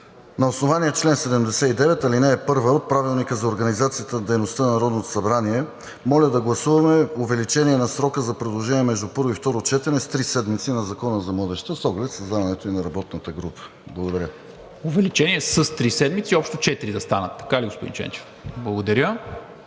На основание чл. 79, ал. 1 от Правилника за организацията и дейността на Народното събрание, моля да гласуваме увеличение на срока за предложение между първо и второ четене с три седмици на Закона за младежта с оглед създаването и на работната група. Благодаря Ви. ПРЕДСЕДАТЕЛ НИКОЛА МИНЧЕВ: Увеличение с три седмици – общо четири да станат. Така ли, господин Ченчев? ИВАН